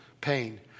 pain